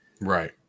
Right